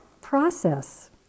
process